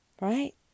Right